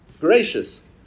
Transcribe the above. gracious